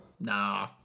Nah